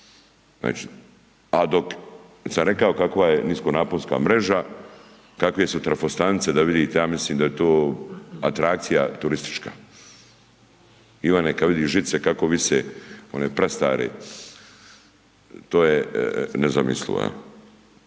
Znači, a dok sam rekao kakva je niskonaponska mreža, kakve su trafostanice, da vidite, ja mislim da je to atrakcija turistička. I one kada vide žice kako vise, one prastare, to je nezamislivo.